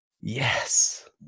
Yes